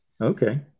okay